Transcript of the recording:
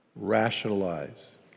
Rationalize